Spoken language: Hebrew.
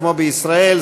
כמו בישראל,